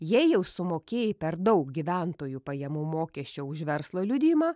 jei jau sumokėjai per daug gyventojų pajamų mokesčio už verslo liudijimą